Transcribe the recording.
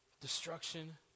destruction